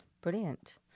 brilliant